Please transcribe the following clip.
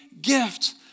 gift